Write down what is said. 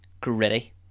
gritty